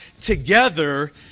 together